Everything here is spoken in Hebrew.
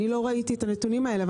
אני לא ראיתי את הנתונים האלה,